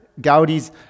Gaudi's